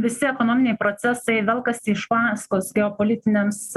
visi ekonominiai procesai velkasi iš paskos geopolitinėms